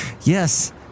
Yes